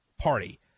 Party